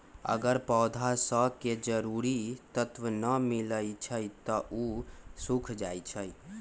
अगर पौधा स के जरूरी तत्व न मिलई छई त उ सूख जाई छई